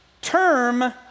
term